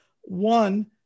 One